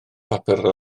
papur